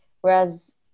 Whereas